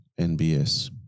NBS